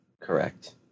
correct